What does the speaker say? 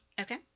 Okay